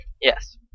Yes